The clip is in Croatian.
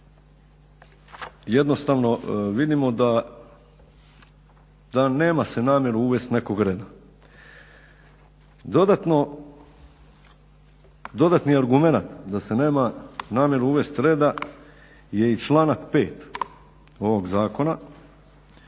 jednostavno vidimo da nema se namjeru uvesti nekog reda. Dodatni argumenat da se nema namjeru uvesti reda je i članak 5. ovog zakona